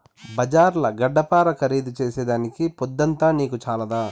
బజార్ల గడ్డపార ఖరీదు చేసేదానికి పొద్దంతా నీకు చాలదా